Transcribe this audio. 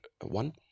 one